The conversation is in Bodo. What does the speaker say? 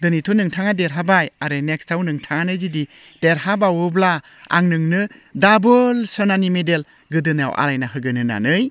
दिनैथ' नोंथाङा देरहाबाय आरो नेक्स्टआव नोंथाङानो जुदि देरहाबावोब्ला आं नोंनो दाबल सनानि मेडेल गोदोनायाव आलायना होगोन होन्नानै